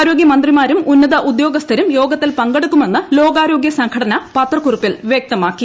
ആരോഗ്യമന്ത്രിമാരും ഉന്നത ഉദ്യോഗസ്ഥരും യോഗത്തിൽ പങ്കെടുക്കുമെന്ന് ലോകാരോഗ്യ സംഘടന പത്രക്കുറിപ്പിൽ വ്യക്തമാക്കി